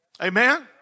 Amen